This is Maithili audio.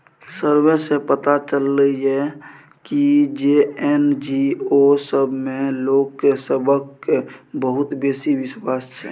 सर्वे सँ पता चलले ये की जे एन.जी.ओ सब मे लोक सबहक बहुत बेसी बिश्वास छै